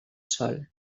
sòl